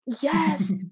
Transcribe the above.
yes